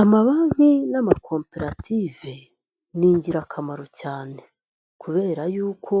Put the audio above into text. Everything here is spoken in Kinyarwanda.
Amabanki n'amakoperative ni ingirakamaro cyane kubera yuko